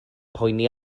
poeni